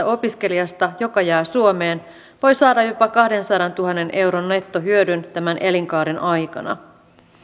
opiskelijasta joka jää suomeen voi saada jopa kahdensadantuhannen euron nettohyödyn tämän elinkaaren aikana